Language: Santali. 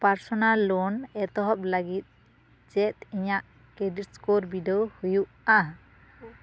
ᱯᱟᱨᱥᱚᱱᱟᱞ ᱞᱳᱱ ᱮᱛᱚᱦᱚᱵ ᱞᱟᱹᱜᱤᱫ ᱪᱮᱫ ᱤᱧᱟᱹᱜ ᱠᱨᱮᱰᱤᱴ ᱥᱠᱳᱨ ᱵᱤᱰᱟᱹᱣ ᱦᱩᱭᱩᱜᱼᱟ